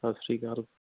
ਸਤਿ ਸ਼੍ਰੀ ਅਕਾਲ